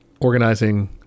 organizing